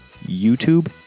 youtube